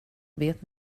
vet